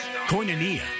Koinonia